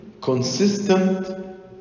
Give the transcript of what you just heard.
consistent